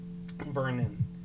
Vernon